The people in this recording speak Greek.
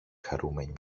χαρούμενη